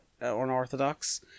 unorthodox